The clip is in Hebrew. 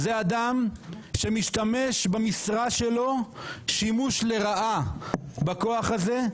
זה אדם שמשתמש במשרה שלו שימוש לרעה בכוח הזה,